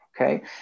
okay